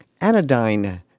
anodyne